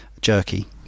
jerky